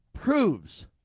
Proves